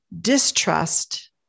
distrust